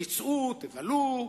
תצאו, תבלו,